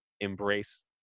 embrace